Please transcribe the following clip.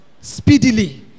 speedily